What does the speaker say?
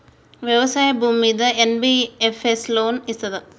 వ్యవసాయం భూమ్మీద NBFS loan ఇస్తదా?